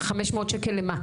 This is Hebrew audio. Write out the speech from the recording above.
500 שקל למה?